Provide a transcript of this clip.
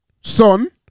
son